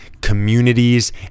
communities